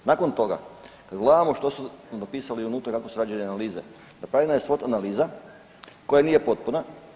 Nakon toga, kad gledamo što su napisali unutra i kako su rađene analize napravljena je swot analiza koja nije potpuna.